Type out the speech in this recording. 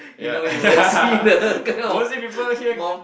ya mostly people here